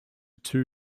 two